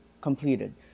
completed